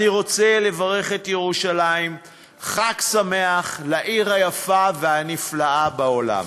אני רוצה לברך את ירושלים: חג שמח לעיר היפה והנפלאה בעולם.